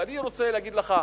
ואני רוצה להגיד לך,